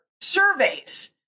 surveys